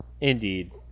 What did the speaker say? indeed